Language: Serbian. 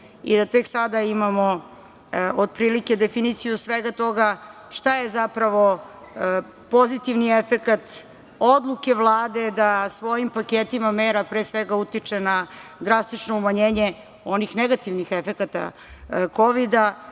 i da tek sada imamo otprilike definiciju svega toga šta je zapravo pozitivni efekat odluke Vlade da svojim paketima mera pre svega utiče na drastično umanjenje onih negativnih efekata Kovida